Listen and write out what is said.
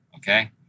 Okay